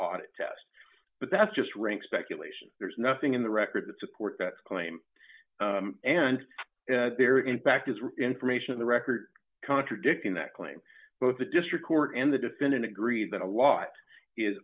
audit test but that's just rank speculation there's nothing in the record that support that claim and there in fact is information in the record contradicting that claim both the district court and the defendant agree that a lot is